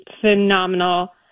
Phenomenal